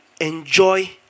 enjoy